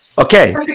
Okay